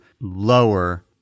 lower